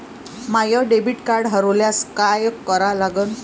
माय debit card हरोल्यास काय करा लागन?